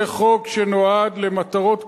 זה חוק שנועד למטרות כלליות,